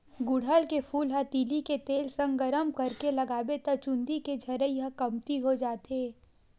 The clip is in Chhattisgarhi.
गुड़हल के फूल ल तिली के तेल संग गरम करके लगाबे त चूंदी के झरई ह कमती हो जाथे